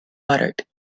buttered